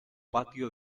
patio